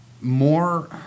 more